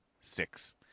six